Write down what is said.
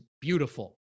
beautiful